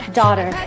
daughter